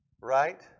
Right